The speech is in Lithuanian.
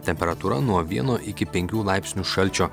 temperatūra nuo vieno iki penkių laipsnių šalčio